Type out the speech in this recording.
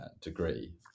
degree